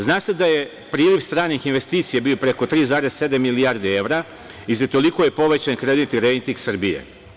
Zna se da je priliv stranih investicija bio preko 3,7 milijardi evra i za toliko je povećan kreditni rejting Srbije.